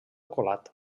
colat